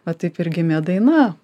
o taip ir gimė daina